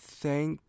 thank